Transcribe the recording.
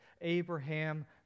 Abraham